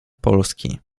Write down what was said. polski